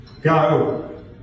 go